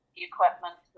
equipment